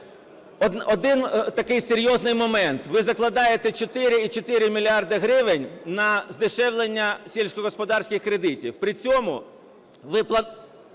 Один такий серйозний момент. Ви закладаєте 4,4 мільярда гривень на здешевлення сільськогосподарських кредитів.